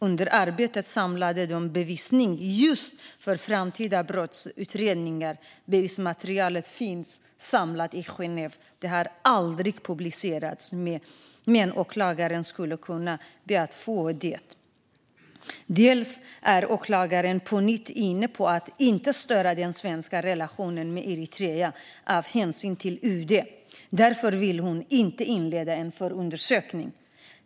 Under arbetet samlade de in bevisning för framtida brottsutredningar, och bevismaterialet finns samlat i Genève. Det har aldrig publicerats, men åklagaren skulle kunna begära ut det. Åklagaren vill inte heller störa den svenska relationen med Eritrea av hänsyn till UD och inleder därför ingen förundersökning.